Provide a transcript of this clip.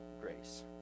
grace